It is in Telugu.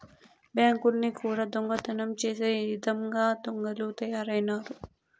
బ్యాంకుల్ని కూడా దొంగతనం చేసే ఇదంగా దొంగలు తయారైనారు